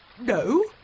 No